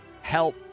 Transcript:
help